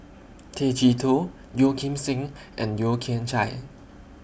Tay Chee Toh Yeo Kim Seng and Yeo Kian Chye